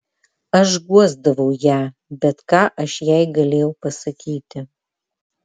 aš guosdavau ją bet ką aš jai galėjau pasakyti